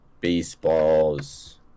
baseball's